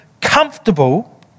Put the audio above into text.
comfortable